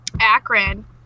Akron